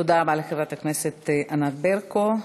תודה רבה לחברת הכנסת ענת ברקו.